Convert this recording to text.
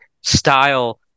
style